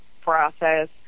process